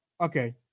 okay